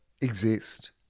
exist